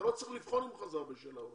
אתה לא צריך לבחון אם הוא חזר בשאלה או לא.